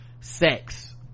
sex